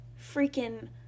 freaking